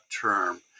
term